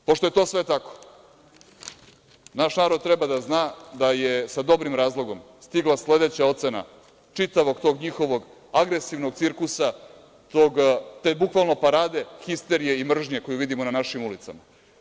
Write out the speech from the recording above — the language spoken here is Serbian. Pošto je to sve tako, naš narod treba da zna da je sa dobrim razlogom stigla sledeća ocena čitavog tog njihovog agresivnog cirkusa, te bukvalno parade histerije i mržnje koju vidimo na našim ulicama.